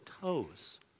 toes